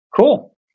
Cool